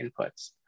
inputs